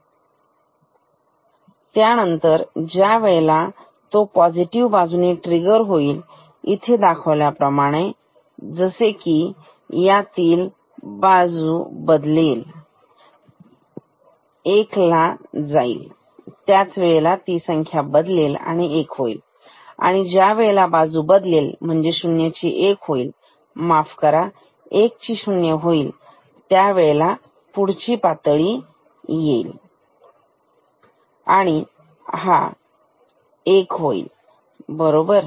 असतील त्यानंतर ज्या वेळेला पॉझिटिव्ह बाजूने ट्रिगर होईल इथे दाखवल्या प्रमाणे तर जसे की यातली बाजू बदलेल एक ला जाईल त्याच वेळेला ती संख्या बदलेल 1 होईल आणि ज्या वेळेला बाजू बदलेल म्हणजे शून्य ची एक होईल माफ करा 140 होईल त्यावेळेला पुढची पातळी येईल आणि हा 1 होईलबरोबर